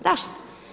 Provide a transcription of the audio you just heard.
Zašto?